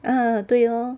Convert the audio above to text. ah 对 lor